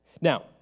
Now